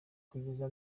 kugeza